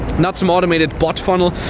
not some automated bot funnel.